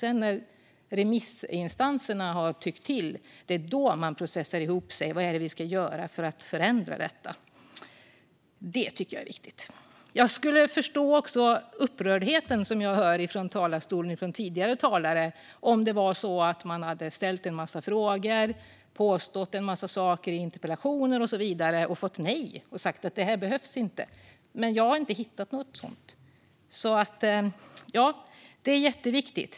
Det är när remissinstanserna har tyckt till som man processar ihop sig för att se vad det är vi ska göra för att förändra detta. Det tycker jag är viktigt. Jag skulle förstå upprördheten som jag hörde från talarstolen från tidigare talare om ledamöterna hade ställt en massa frågor, påstått en massa saker i interpellationer och så vidare och fått nej och att regeringen sagt: Det här behövs inte. Men jag har inte hittat något sådant. Det är jätteviktigt.